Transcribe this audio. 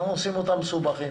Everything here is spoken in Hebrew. אנחנו עושים אותם מסובכים.